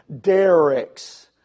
Derek's